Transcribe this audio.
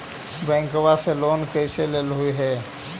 बैंकवा से लेन कैसे लेलहू हे?